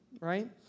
right